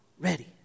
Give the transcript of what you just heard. ready